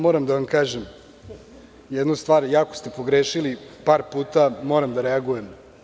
Moram da vam kažem jednu stvar, jako ste pogrešili par puta, moram da reagujem.